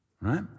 right